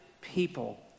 people